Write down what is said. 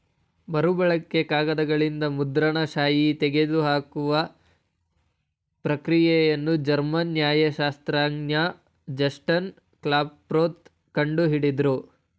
ಮರುಬಳಕೆ ಕಾಗದದಿಂದ ಮುದ್ರಣ ಶಾಯಿ ತೆಗೆದುಹಾಕುವ ಪ್ರಕ್ರಿಯೆನ ಜರ್ಮನ್ ನ್ಯಾಯಶಾಸ್ತ್ರಜ್ಞ ಜಸ್ಟಸ್ ಕ್ಲಾಪ್ರೋತ್ ಕಂಡು ಹಿಡುದ್ರು